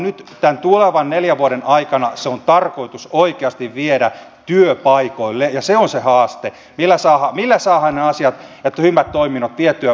nyt tämän tulevan neljän vuoden aikana se on tarkoitus oikeasti viedä työpaikoille ja se on se haaste millä saadaan nämä asiat ja hyvät toiminnot vietyä myös pienille työpaikoille